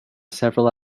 several